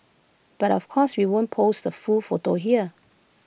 but of course we won't post the full photo here